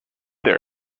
there